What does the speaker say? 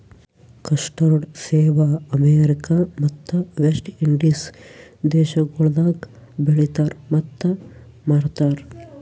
custard ಸೇಬ America ಮತ್ತ West Indies ದೇಶಗೊಳ್ದಾಗ್ ಬೆಳಿತಾರ್ ಮತ್ತ ಮಾರ್ತಾರ್